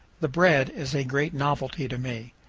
the bread is a great novelty to me.